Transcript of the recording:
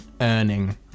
earning